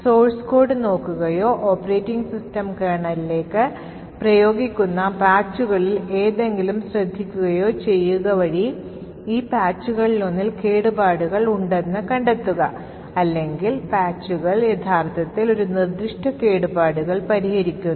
source code നോക്കുകയോ operating system കേർണലിലേക്ക് പ്രയോഗിക്കുന്ന പാച്ചുകളിൽ എന്തെങ്കിലും ശ്രദ്ധിക്കുകയോ ചെയ്യുക വഴി ഈ പാച്ചുകളിലൊന്നിൽ കേടുപാടുകൾ ഉണ്ടെന്ന് കണ്ടെത്തുക അല്ലെങ്കിൽ പാച്ചുകൾ യഥാർത്ഥത്തിൽ ഒരു നിർദ്ദിഷ്ട കേടുപാടുകൾ പരിഹരിക്കുന്നു